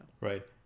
Right